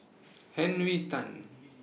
Henry Tan